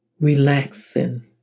relaxing